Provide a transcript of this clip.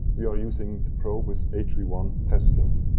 you are using the probe as h v one test load.